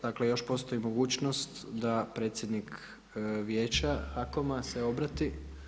Dakle još postoji mogućnost da predsjednik Vijeća HAKOM-a se obrati.